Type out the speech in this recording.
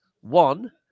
one